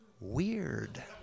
weird